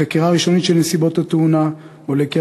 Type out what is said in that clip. מחקירה ראשונית של נסיבות התאונה עולה כי